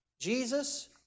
Jesus